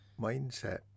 mindset